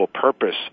purpose